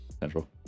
central